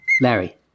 Larry